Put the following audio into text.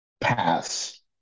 paths